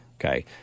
Okay